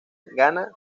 ghana